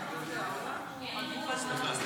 ההצעה להעביר